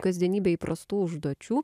kasdienybėj įprastų užduočių